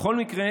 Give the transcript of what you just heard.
בכל מקרה